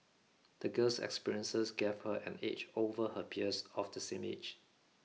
the girl's experiences gave her an edge over her peers of the same age